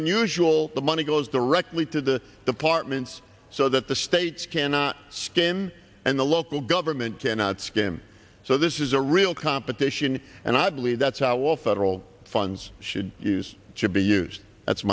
unusual the money goes directly to the departments so that the states cannot skim and the local government cannot skim so this is a real competition and i believe that's how all federal funds should use should be used that's